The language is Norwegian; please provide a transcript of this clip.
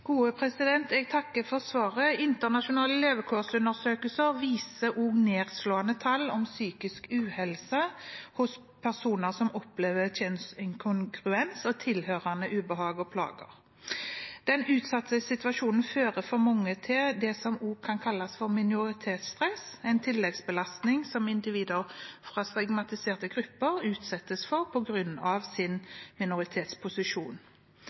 Jeg takker for svaret. Internasjonale levekårsundersøkelser viser nedslående tall om psykisk uhelse hos personer som opplever kjønnsinkongruens og tilhørende ubehag og plager. Den utsatte situasjonen fører for mange til det som også kan kalles for minoritetsstress, en tilleggsbelastning som individer fra stigmatiserte grupper utsettes for på grunn av sin